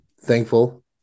thankful